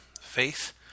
faith